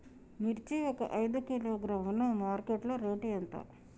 మిర్చి ఒక ఐదు కిలోగ్రాముల మార్కెట్ లో రేటు ఎంత?